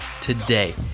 today